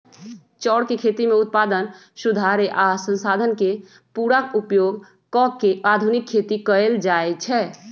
चौर के खेती में उत्पादन सुधारे आ संसाधन के पुरा उपयोग क के आधुनिक खेती कएल जाए छै